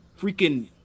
freaking